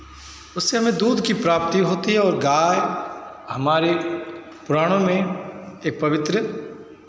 उससे हमें दूध की प्राप्ति होती है और गाय हमारे पुराणों में एक पवित्र